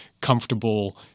comfortable